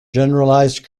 generalized